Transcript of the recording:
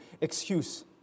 excuse